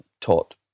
taught